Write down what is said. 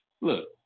Look